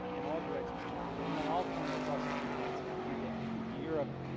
in all directions in africa and then ultimately across the landmass into, into europe,